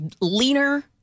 leaner